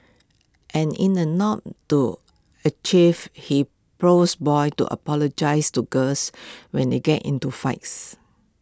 and in A nod to A chef he prods boys to apologise to girls when they get into fights